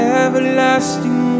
everlasting